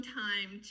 time